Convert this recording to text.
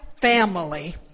family